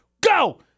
Go